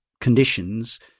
conditions